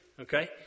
Okay